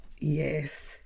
Yes